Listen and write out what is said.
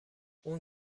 اون